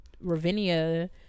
Ravinia